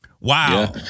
Wow